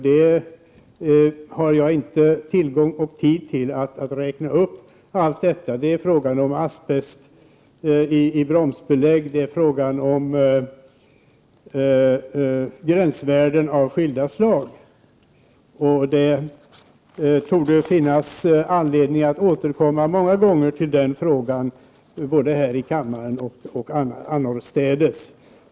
Jag har inte möjlighet att räkna upp exempel på detta, men det kan gälla asbest i bromsbelägg och gränsvärden av olika slag, m.m. Det torde finnas anledning att återkomma många gånger till den frågan både här i kammaren och annorstädes.